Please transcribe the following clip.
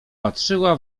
patrzyła